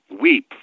weep